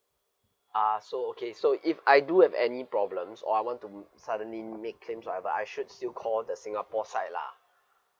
ah so okay so if I do have any problems or I want to suddenly make claims whatever I should still call the singapore side lah